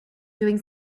doing